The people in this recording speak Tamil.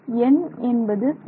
n என்பது சரி